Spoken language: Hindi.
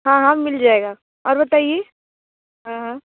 हाँ हाँ मिल जाएगा और बताइए हाँ हाँ